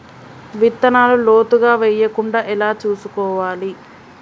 విత్తనాలు లోతుగా వెయ్యకుండా ఎలా చూసుకోవాలి?